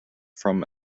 from